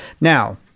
Now